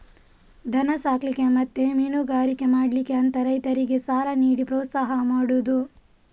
ದನ ಸಾಕ್ಲಿಕ್ಕೆ ಮತ್ತೆ ಮೀನುಗಾರಿಕೆ ಮಾಡ್ಲಿಕ್ಕೆ ಅಂತ ರೈತರಿಗೆ ಸಾಲ ನೀಡಿ ಪ್ರೋತ್ಸಾಹ ಮಾಡುದು